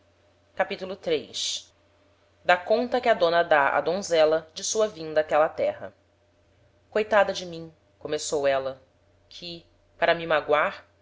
capitulo iii da conta que a dona dá á donzela de sua vinda áquela terra coitada de mim começou éla que para me magoar